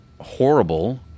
horrible